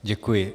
Děkuji.